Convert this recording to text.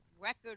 Record